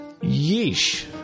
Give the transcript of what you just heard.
yeesh